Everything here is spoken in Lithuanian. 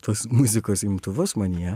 tuos muzikos imtuvus manyje